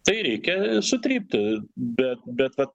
tai reikia sutrypti bet bet vat